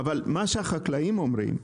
אבל מה שהחקלאים אומרים,